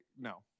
no